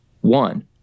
One